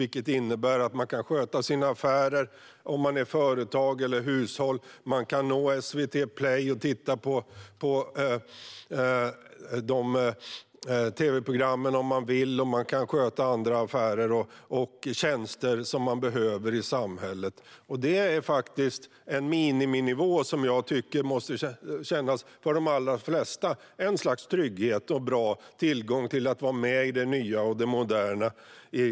Detta innebär att företag och hushåll kan sköta sina affärer, att man kan nå SVT Play och titta på tv-program och att man kan hantera andra affärer och tjänster som man behöver. Detta är en miniminivå som för de allra flesta måste kännas som en trygghet och en möjlighet att vara med i det nya och moderna.